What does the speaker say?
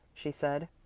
she said.